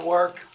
Work